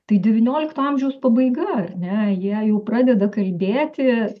tai devyniolikto amžiaus pabaiga ar ne jie jau pradeda kalbėti